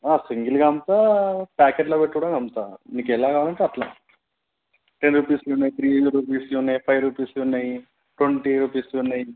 సింగిల్గా అమ్ముతా పాకెట్లో పెట్టి కూడా అమ్ముతా మీకు ఎలా కావాలంటే అట్లా టెన్ రూపీస్వి ఉన్నాయి త్రీ రూపీస్వి ఉన్నాయి ఫైవ్ రూపీస్వి ఉన్నాయి ట్వంటీ రూపీస్వి ఉన్నాయి